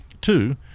Two